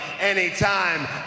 anytime